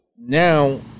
Now